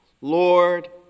Lord